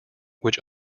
which